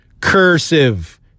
Cursive